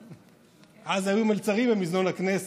אז היו מלצרים במזנון הכנסת,